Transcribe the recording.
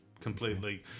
completely